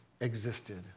existed